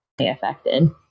Affected